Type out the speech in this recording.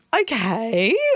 Okay